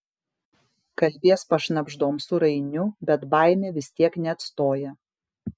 kalbies pašnabždom su rainiu bet baimė vis tiek neatstoja